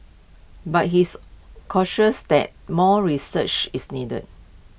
but he's cautious that more research is needed